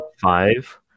five